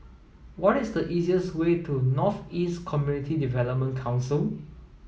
what is the easiest way to North East Community Development Council